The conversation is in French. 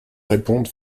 répondent